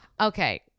okay